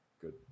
Good